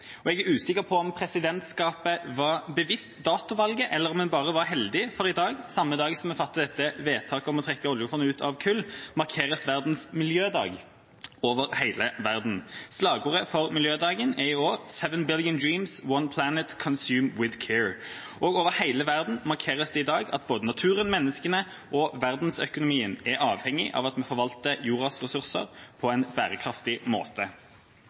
og jeg er usikker på om presidentskapet var bevisst datovalget, eller om en bare var heldig, for i dag – samme dag som vi fatter dette vedtaket om å trekke oljefondet ut av kull – markeres Verdens miljødag over hele verden. Slagordet for miljødagen i år er «Seven Billion Dreams. One Planet. Consume with Care.», og over hele verden markeres det i dag at både naturen, menneskene og verdensøkonomien er avhengig av at vi forvalter jordas ressurser på en bærekraftig måte.